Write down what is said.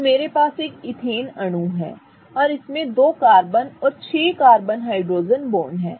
तो मेरे पास एक ईथेन अणु है और इसमें दो कार्बन और छह कार्बन हाइड्रोजन बॉन्ड हैं